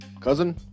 Cousin